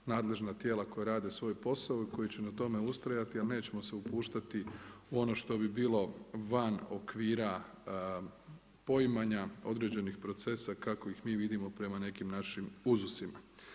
Nadležna tijela koja rade svoj posao i koji će na tome ustrajati, a nećemo se upuštati u ono što bi bilo van okvira poimanja određenih procesa kako ih mi vidimo prema nekim našim uzusima.